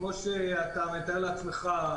כמו שאתה מתאר לעצמך,